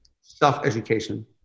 Self-education